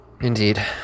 Indeed